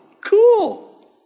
cool